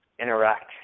interact